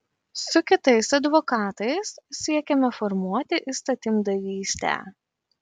su kitais advokatais siekiame formuoti įstatymdavystę